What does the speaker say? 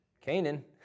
Canaan